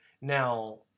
Now